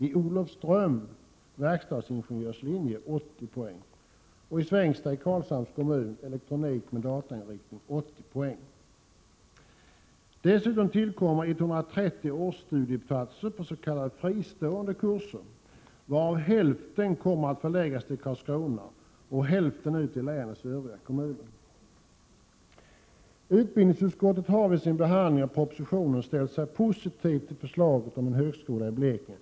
I Olofström kommer det att finnas en verkstadsingenjörslinje, 80 poäng. I Svängsta i Karlshamns kommun Prot. 1987/88:133 kommer det att finnas en linje för elektronik med datainriktning, 80 poäng. Till detta kommer 130 årsstudieplatser för s.k. fristående kurser. Hälften av platserna kommer att förläggas till Karlskrona och övriga platser till andra kommuner i länet. Utbildningsutskottet har vid behandlingen av propositionen ställt sig positiv till förslaget om en högskola i Blekinge.